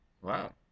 Wow